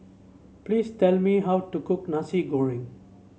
please tell me how to cook Nasi Goreng